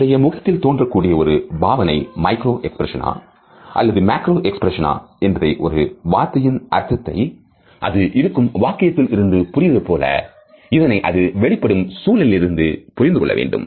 நம்முடைய முகத்தில் தோன்றகூடிய ஒரு பாவனை மைக்ரோ எக்ஸ்பிரஷனா அல்லது மேக்ரோ எக்ஸ்பிரஷனா என்பதை ஒரு வார்த்தையின் அர்த்தத்தை அது இருக்கும் வாக்கியத்தில் இருந்து புரிவது போல இதனை அது வெளிப்படும் சூழலிலிருந்து புரிந்து கொள்ள வேண்டும்